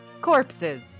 corpses